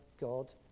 God